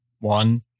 one